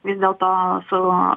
vis dėl to savo